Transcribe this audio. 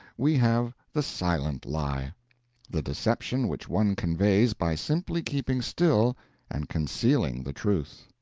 we have the silent lie the deception which one conveys by simply keeping still and concealing the truth.